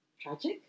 tragic